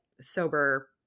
sober